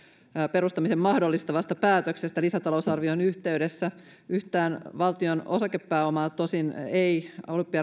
perustamisen mahdollistavasta päätöksestä lisätalousarvion yhteydessä yhtään valtion osakepääomaa tosin ei